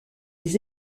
des